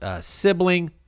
sibling